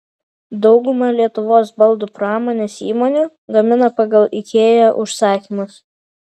dauguma lietuvos baldų pramonės įmonių gamina pagal ikea užsakymus